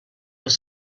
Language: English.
was